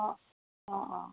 অঁ অঁ